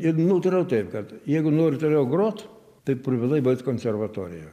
ir nutariau taip kad jeigu nori toliau grot tai privalai baigt konservatoriją